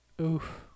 Oof